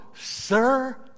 sir